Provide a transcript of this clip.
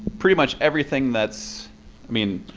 pretty much everything that's. i mean,